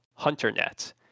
HunterNet